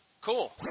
Cool